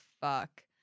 fuck